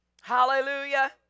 Hallelujah